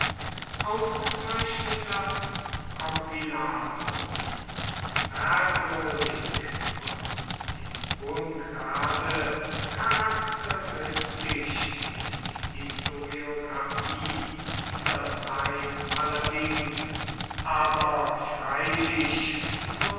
ausgezeichneter kompilator merkwürdig und in hohem grade charakteristisch ist die historiographie dieser zeit allerdings aber freilich so